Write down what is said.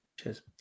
Cheers